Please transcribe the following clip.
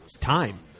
time